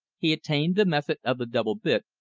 he attained the method of the double bit,